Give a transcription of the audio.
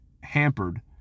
hampered